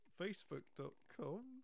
facebook.com